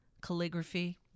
Calligraphy